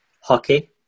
Hockey